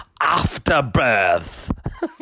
Afterbirth